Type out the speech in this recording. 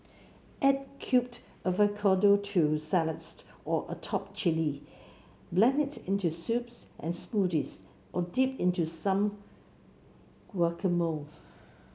add cubed avocado to salads or atop chilli blend it into soups and smoothies or dip into some guacamole